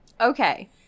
Okay